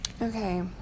Okay